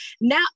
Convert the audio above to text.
now